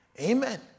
Amen